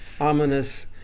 Ominous